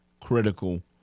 critical